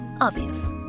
Obvious